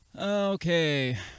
Okay